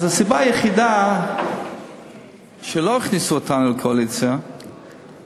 אז הסיבה היחידה שלא הכניסו אותנו לקואליציה היא